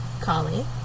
collie